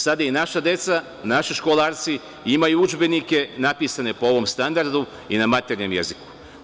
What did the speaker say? Sada i naša deca, naši školarci imaju udžbenike napisane po ovom standardu i na maternjem jeziku.